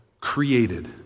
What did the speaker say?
created